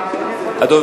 הצעות לסדר-היום מס' 4054,